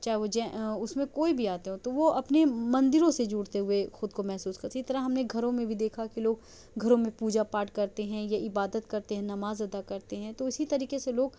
چاہے وہ اس میں کوئی بھی آتے ہوں تو وہ اپنی مندروں سے جڑتے ہوئے خود کو محسوس کرتے اسی طرح ہم نے گھروں میں بھی دیکھا کہ لوگ گھروں میں پوجا پاٹھ کرتے ہیں یا عبادت کرتے ہیں نماز ادا کرتے ہیں تو اسی طریقے سے لوگ